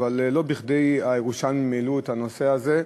לא בכדי הירושלמים העלו את הנושא הזה,